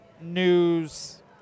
news